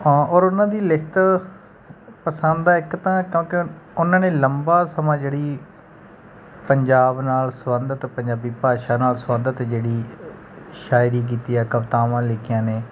ਹਾਂ ਔਰ ਉਹਨਾਂ ਦੀ ਲਿਖਤ ਪਸੰਦ ਹੈ ਇੱਕ ਤਾਂ ਕਿਉਂਕਿ ਉਹਨਾਂ ਨੇ ਲੰਬਾ ਸਮਾਂ ਜਿਹੜੀ ਪੰਜਾਬ ਨਾਲ ਸੰਬੰਧਿਤ ਪੰਜਾਬੀ ਭਾਸ਼ਾ ਨਾਲ ਸੰਬੰਧਿਤ ਜਿਹੜੀ ਸ਼ਾਇਰੀ ਕੀਤੀ ਹੈ ਕਵਿਤਾਵਾਂ ਲਿਖੀਆਂ ਨੇ